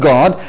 God